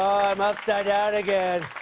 i'm upside down again.